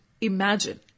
Imagine